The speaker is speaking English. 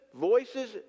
voices